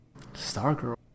Stargirl